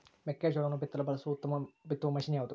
ಮೆಕ್ಕೆಜೋಳವನ್ನು ಬಿತ್ತಲು ಬಳಸುವ ಉತ್ತಮ ಬಿತ್ತುವ ಮಷೇನ್ ಯಾವುದು?